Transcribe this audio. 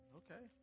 okay